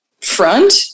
front